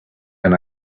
and